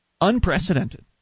unprecedented